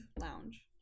lounge